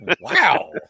Wow